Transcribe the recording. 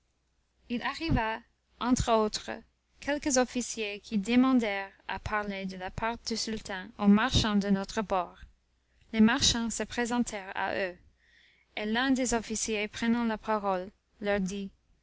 il arriva entre autres quelques officiers qui demandèrent à parler de la part du sultan aux marchands de notre bord les marchands se présentèrent à eux et l'un des officiers prenant la parole leur dit